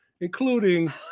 including